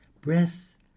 breath